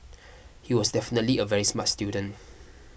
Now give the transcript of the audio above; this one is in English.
he was definitely a very smart student